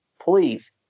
please